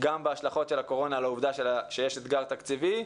גם בהשלכות של הקורונה על העובדה שיש אתגר תקציבי,